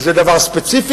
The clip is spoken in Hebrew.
וזה דבר ספציפי.